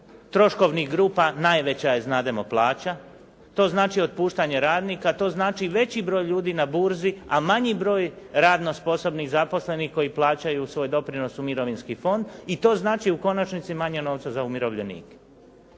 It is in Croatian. troškovnih grupa, najveća je znademo plaća, to znači otpuštanje radnika, to znači veći broj ljudi na burzi a manji broj radno sposobnih zaposlenih koji plaćaju svoj doprinos u mirovinski fond i to znači u konačnici manje novca za umirovljenike.